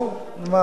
במאמר מוסגר,